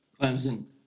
Clemson